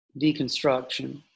deconstruction